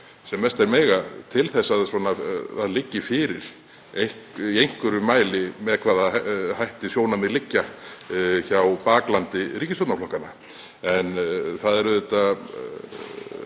sem mest þeir mega til þess að það liggi fyrir í einhverjum mæli með hvaða hætti sjónarmið eru hjá baklandi ríkisstjórnarflokkanna. Hvort það er ótti